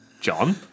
John